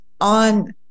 on